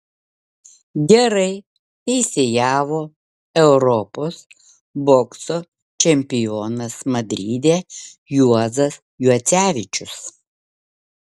gerai teisėjavo europos bokso čempionas madride juozas juocevičius